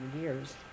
years